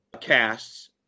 casts